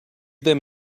them